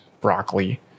broccoli